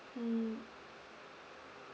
mm